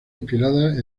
inspiradas